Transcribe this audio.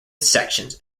sections